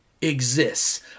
exists